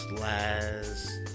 last